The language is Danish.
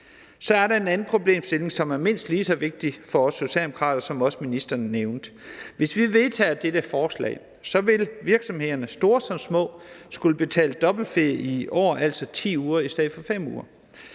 Så er der en anden problemstilling, som er mindst lige så vigtig for os Socialdemokrater, og som også ministeren nævnte. Hvis vi vedtager dette forslag, vil virksomhederne – store som små – skulle betale dobbeltferie i år, altså 10 uger i stedet for 5 uger,